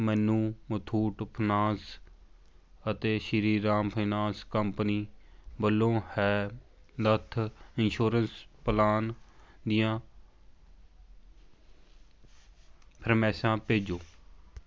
ਮੈਨੂੰ ਮੁਥੂਟ ਫੀਨਾਸ ਅਤੇ Shriram finance company ਵੱਲੋਂ ਹੈਲਥ ਇੰਸ਼ੋਰਸ ਪਲਾਨ ਦੀਆਂ ਫਰਮਾਇਸ਼ਾਂ ਭੇਜੋ